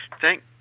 thank